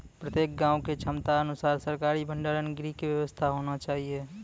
प्रत्येक गाँव के क्षमता अनुसार सरकारी भंडार गृह के व्यवस्था होना चाहिए?